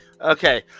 Okay